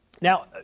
Now